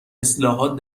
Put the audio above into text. اصلاحات